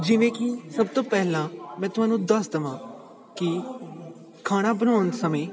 ਜਿਵੇਂ ਕਿ ਸਭ ਤੋਂ ਪਹਿਲਾਂ ਮੈਂ ਤੁਹਾਨੂੰ ਦੱਸ ਦਵਾਂ ਕਿ ਖਾਣਾ ਬਣਾਉਣ ਸਮੇਂ